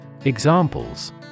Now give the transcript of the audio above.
Examples